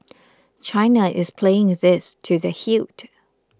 China is playing this to the hilt